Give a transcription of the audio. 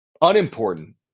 unimportant